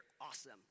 awesome